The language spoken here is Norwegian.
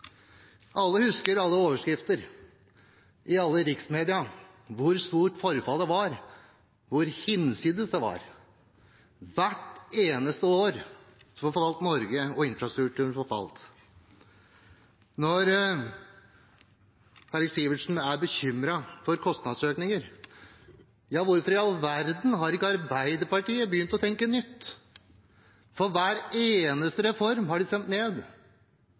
Alle husker overskriftene i alle riksmediene om hvor stort forfallet var, hvor hinsides det var. Hvert eneste år forfalt Norge, og infrastrukturen forfalt. Når Eirik Sivertsen er bekymret for kostnadsøkninger, hvorfor i all verden har ikke Arbeiderpartiet begynt å tenke nytt? Hver eneste reform har de stemt ned.